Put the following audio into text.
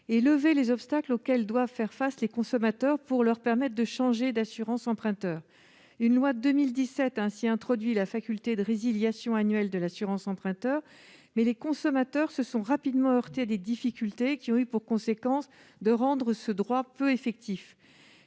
et lever les obstacles auxquels doivent faire face les consommateurs pour changer d'assurance emprunteur. Une loi de 2017 a ainsi introduit la faculté de résiliation annuelle de l'assurance emprunteur, mais les consommateurs se sont rapidement heurtés à des difficultés qui ont eu pour conséquence de rendre ce droit peu effectif.